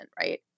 right